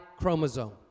chromosome